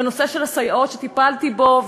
בנושא של הסייעות שטיפלתי בו,